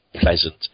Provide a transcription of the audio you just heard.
pleasant